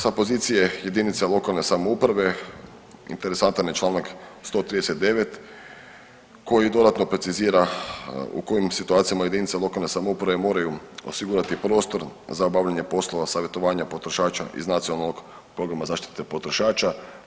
Sa pozicija lokalne samouprave interesantan je Članak 139. koji dodatno precizira u kojim situacijama jedinica lokalne samouprave moraju osigurati prostor za obavljanje poslova savjetovanja potrošača iz nacionalnog programa zaštite potrošača.